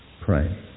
pray